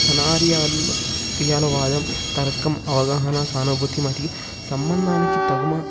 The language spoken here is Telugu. సినారియాలో ఇయ్యాల వాదం తర్కం అవగాహన సానుభూతి మరియు సంబంధాన్ని తగుమ